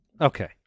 Okay